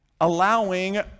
allowing